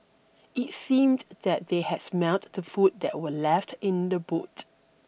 it seemed that they had smelt the food that were left in the boot